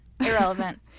Irrelevant